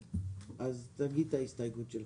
אז תגיד את ההסתייגות שלך.